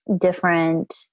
different